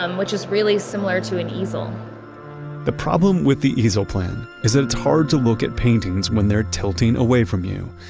um which is really similar to an easel the problem with the easel plan is that it's hard to look at paintings when they're tilting away from you.